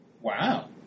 Wow